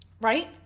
right